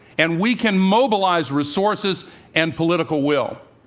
and we can mobilize resources and political will.